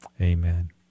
Amen